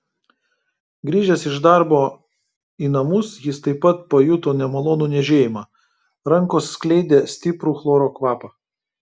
grįžęs iš darbo į namus jis taip pat pajuto nemalonų niežėjimą rankos skleidė stiprų chloro kvapą